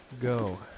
go